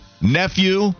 nephew